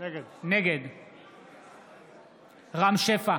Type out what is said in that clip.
נגד רם שפע,